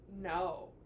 no